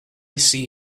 see